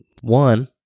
One